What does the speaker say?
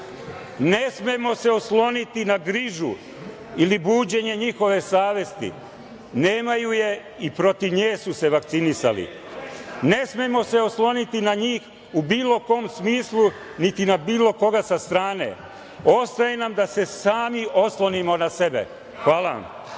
smemo se osloniti na grižu ili budženje njihove savesti, nemaju je i protiv nje su se vakcinisali. Ne smemo se osloniti na njih u bilo kom smislu, niti na bilo koga sa strane. Ostajemo da se sami oslonimo na sebe. Hvala vam.